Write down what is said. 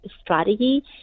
strategy